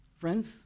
Friends